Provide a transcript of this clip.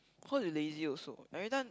cause they lazy also everytime